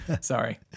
sorry